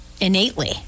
innately